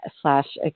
slash